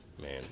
man